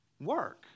work